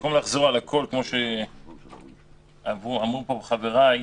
במקום לחזור על הדברים שנאמרו על ידי חבריי,